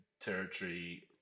territory